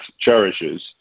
cherishes